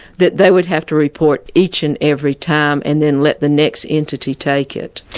that they would have to report each and every time and then let the next entity take it.